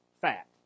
fat